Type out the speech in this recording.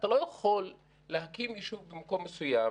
אתה לא יכול להקים במקום מסוים